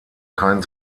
kein